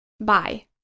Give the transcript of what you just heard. Bye